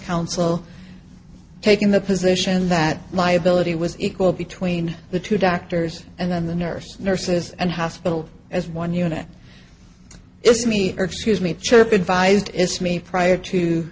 counsel taking the position that liability was equal between the two doctors and then the nurse nurses and hospital as one unit is me or excuse me chirp advised it's me prior to